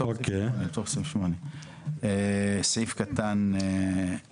בתוך סעיף 8. את סעיף קטן (א1)(2).